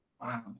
Wow